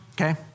Okay